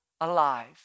Alive